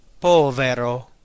povero